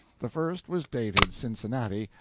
the first was dated cincinnati,